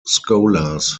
scholars